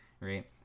right